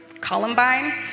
Columbine